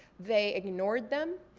they ignored them.